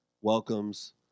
welcomes